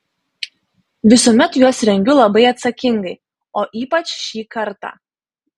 visuomet juos rengiu labai atsakingai o ypač šį kartą